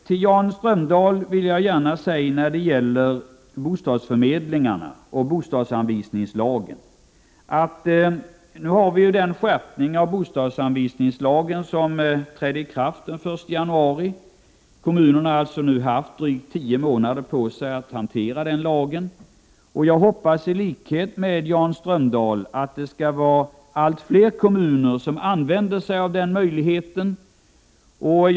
Till Jan Strömdahl vill jag när det gäller bostadsförmedlingarna och bostadsanvisningslagen säga att en skärpning av bostadsanvisningslagen trädde ju i kraft den 1 januari. Kommunerna har alltså haft drygt tio månader på sig att hantera denna lag, och jag hoppas i likhet med Jan Strömdahl att allt fler kommuner skall använda sig av de möjligheter som lagen ger.